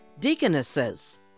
deaconesses